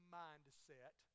mindset